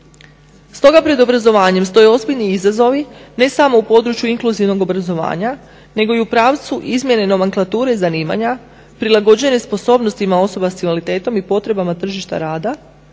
Stoga pred obrazovanjem stoje ozbiljni izazovi ne samo u području inkluzivnog obrazovanja nego i u pravcu izmjene nomenklature zanimanja prilagođene sposobnostima osoba sa invaliditetom i potrebama tržišta rada